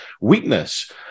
weakness